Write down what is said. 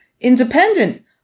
independent